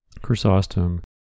Chrysostom